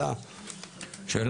השם